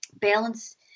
balance